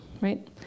right